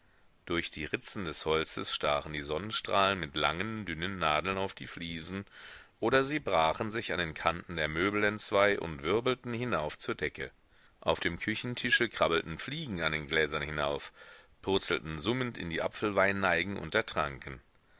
durch die ritzen des holzes stachen die sonnenstrahlen mit langen dünnen nadeln auf die fliesen oder sie brachen sich an den kanten der möbel entzwei und wirbelten hinauf zur decke auf dem küchentische krabbelten fliegen an den gläsern hinauf purzelten summend in die